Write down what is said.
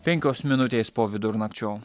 penkios minutės po vidurnakčio